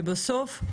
בסוף,